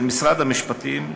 של משרד המשפטים,